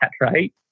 right